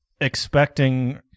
expecting